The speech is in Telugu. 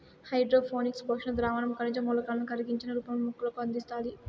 హైడ్రోపోనిక్స్ పోషక ద్రావణం ఖనిజ మూలకాలను కరిగించిన రూపంలో మొక్కలకు అందిస్తాది